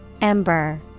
Ember